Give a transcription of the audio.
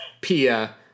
Pia